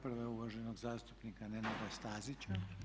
Prva je uvaženog zastupnika Nenada Stazića.